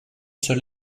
seule